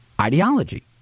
ideology